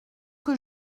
que